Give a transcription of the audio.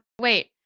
wait